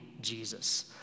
jesus